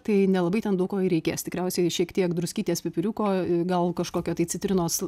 tai nelabai ten daug ko ir reikės tikriausiai šiek tiek druskytės pipiriuko gal kažkokio tai citrinos